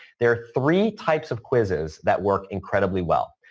there are three types of quizzes that work incredibly well.